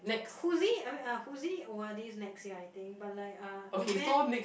Huzi I mean uh Huzi's o_r_d is next year I think but like uh it meant